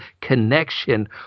connection